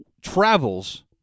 travels